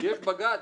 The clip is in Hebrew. יש בג"ץ,